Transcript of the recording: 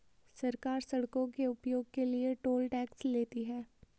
सरकार सड़कों के उपयोग के लिए टोल टैक्स लेती है